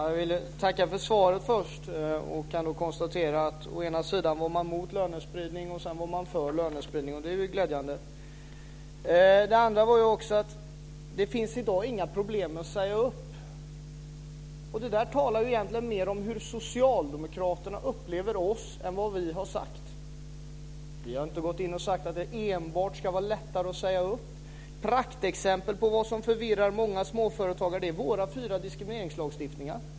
Fru talman! Tack för svaret. Jag kan konstatera att man å ena sidan var emot lönespridning, å andra sidan för lönespridning. Det är ju glädjande. Det finns i dag inga problem med att säga upp, säger man. Det säger egentligen mer om hur socialdemokraterna upplever oss än om vad vi har sagt. Vi har inte gått in och sagt att det enbart ska vara lättare att säga upp. Ett praktexempel på vad som förvirrar många småföretagare är våra fyra diskrimineringslagstiftningar.